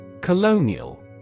Colonial